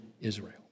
Israel